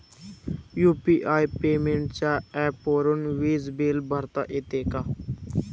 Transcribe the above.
UPI पेमेंटच्या ऍपवरुन वीज बिल भरता येते का?